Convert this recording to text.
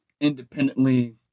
independently